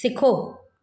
सिखो